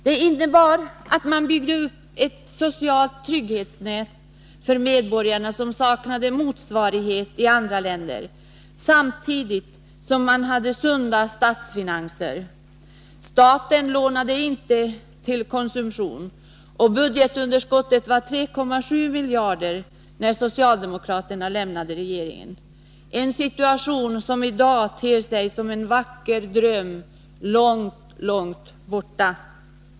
Det innebar att man för medborgarna byggde upp ett socialt trygghetsnät som saknade motsvarighet i andra länder, samtidigt som man hade sunda statsfinanser. Staten lånade inte till konsumtion, och budgetunderskottet var 3,7 miljarder när socialdemokraterna lämnade regeringen — en situation som i dag ter sig som en vacker dröm långt, långt borta.